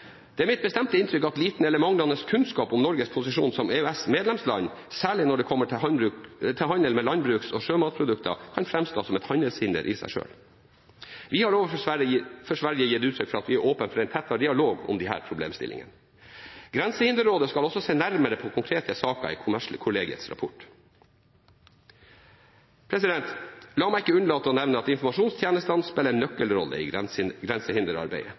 Det er mitt bestemte inntrykk at liten eller manglende kunnskap om Norges posisjon som EØS-medlemsland, særlig når det kommer til handel med landbruks- og sjømatprodukter, kan framstå som et handelshinder i seg selv. Vi har overfor Sverige gitt uttrykk for at vi er åpne for en tettere dialog om disse problemstillingene. Grensehinderrådet skal også se nærmere på konkrete saker i Kommerskollegiets rapport. La meg ikke unnlate å nevne at informasjonstjenestene spiller en nøkkelrolle i grensehinderarbeidet.